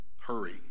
hurry